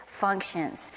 functions